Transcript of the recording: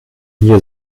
hier